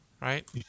right